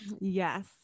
Yes